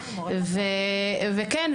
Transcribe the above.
וכן,